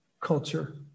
culture